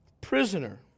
prisoner